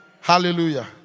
Hallelujah